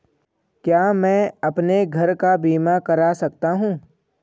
क्या मैं अपने घर का बीमा करा सकता हूँ?